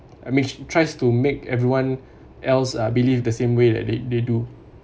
I mean tries to make everyone else uh believe the same way like they they do